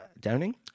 Downing